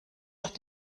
durch